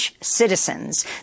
Citizens